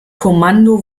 kommando